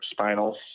spinals